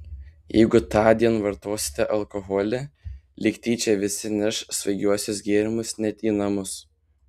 jeigu tądien vartosite alkoholį lyg tyčia visi neš svaigiuosius gėrimus net į namus